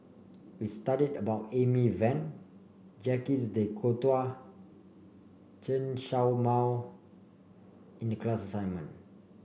we studied about Amy Van Jacques De Coutre Chen Show Mao in the class assignment